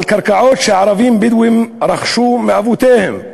קרקעות שהערבים הבדואים ירשו מאבותיהם,